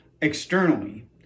externally